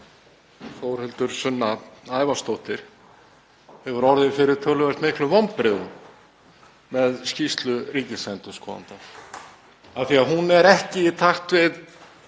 Þórhildur Sunna Ævarsdóttir hefur orðið fyrir töluvert miklum vonbrigðum með skýrslu ríkisendurskoðanda af því að hún er ekki í takt við